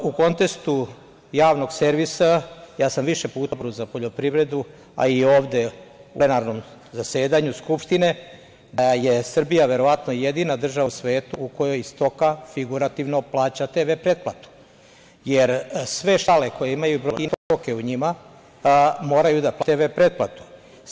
U kontekstu Javnog servisa, više puta sam govorio i na Odboru za poljoprivredu, a i ovde u plenarnom zasedanju Skupštine, da je Srbija verovatno jedina država u svetu u kojoj stoka, figurativno, plaća TV pretplatu, jer sve štale koje imaju brojilo, čak i ako nema stoke u njima, moraju da plaćaju TV pretplatu.